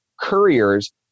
couriers